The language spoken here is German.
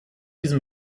diesen